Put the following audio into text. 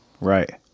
Right